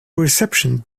reception